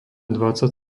dvadsať